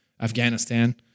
Afghanistan